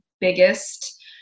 biggest